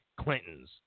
Clinton's